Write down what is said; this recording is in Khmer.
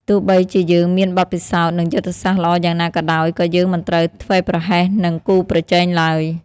ទោះបីជាយើងមានបទពិសោធន៍ និងយុទ្ធសាស្ត្រល្អយ៉ាងណាក៏ដោយ ក៏យើងមិនត្រូវធ្វេសប្រហែសនឹងគូប្រជែងឡើយ។